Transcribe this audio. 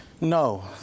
no